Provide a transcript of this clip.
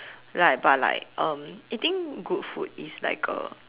like but like um eating good food is like uh